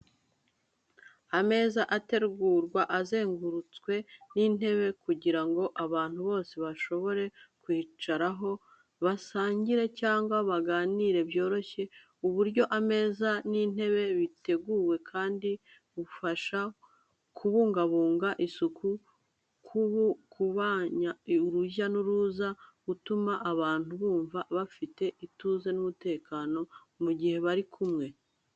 Ameza ategurwa azengurutswe n’intebe kugira ngo abantu bose bashobore kwicaraho basangire cyangwa baganire byoroshye. Uburyo ameza n’intebe biteguwe kandi bufasha kubungabunga isuku, kugabanya urujya n’uruza no gutuma abantu bumva bafite ituze n’umutekano mu gihe bari kumwe.